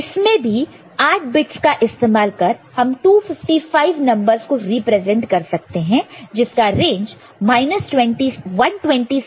इसमें भी 8 बिट्स का इस्तेमाल कर हम 255 नंबरस को रिप्रेजेंट कर सकते हैं जिसका रेंज 127 से लेकर 127 तक है